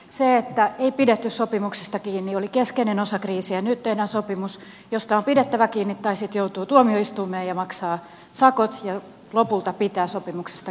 se että ei pidetty sopimuksista kiinni oli keskeinen osa kriisiä ja nyt tehdään sopimus josta on pidettävä kiinni tai sitten joutuu tuomioistuimeen ja maksaa sakot ja lopulta pitää sopimuksesta kiinni